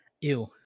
Ew